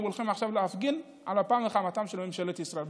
והם הולכים עכשיו להפגין על אפה ועל חמתה של ממשלת ישראל.